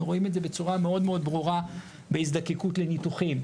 רואים את זה בצורה מאוד מאוד ברורה בהזדקקות לניתוחים,